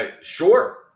sure